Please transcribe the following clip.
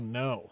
no